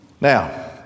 Now